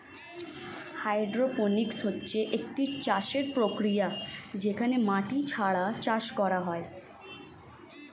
hydroponics হচ্ছে একটি চাষের প্রক্রিয়া যেখানে মাটি ছাড়া চাষ করা হয়